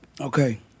Okay